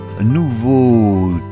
nouveau